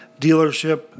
dealership